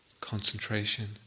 Concentration